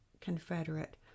Confederate